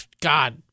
God